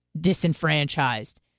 disenfranchised